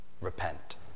repent